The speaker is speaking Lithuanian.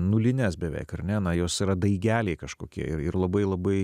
nulines beveik ar ne jos yra daigeliai kažkokie ir labai labai